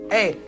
Hey